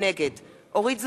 נגד אורית זוארץ,